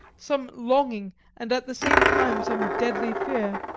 some longing and at the same time some deadly fear.